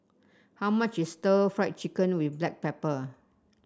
how much is Stir Fried Chicken with Black Pepper